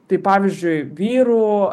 tai pavyzdžiui vyrų